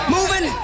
Moving